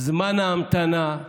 זמן ההמתנה,